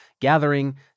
gathering